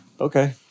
okay